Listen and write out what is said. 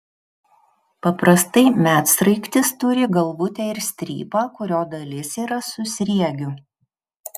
paprastai medsraigtis turi galvutę ir strypą kurio dalis yra su sriegiu